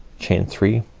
chain three,